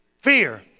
Fear